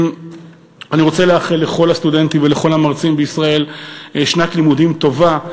אני רוצה לאחל לכל הסטודנטים ולכל המרצים בישראל שנת לימודים טובה.